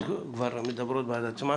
העובדות מדברות בעד עצמן.